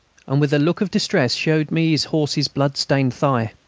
and with a look of distress showed me his horse's blood-stained thigh.